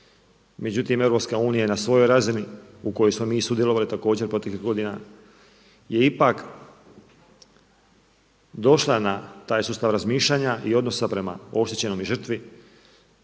Međutim, EU je na svojoj razini, u kojoj smo mi sudjelovali, također proteklih godina, je ipak došla na taj sustav razmišljanja i odnosa prema oštećenom i žrtvi